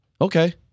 okay